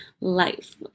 life